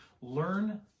Learn